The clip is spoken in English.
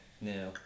Now